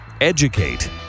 Educate